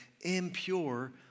impure